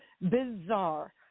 bizarre